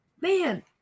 Man